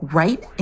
right